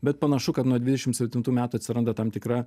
bet panašu kad nuo dvidešim septintų metų atsiranda tam tikra